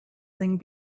thing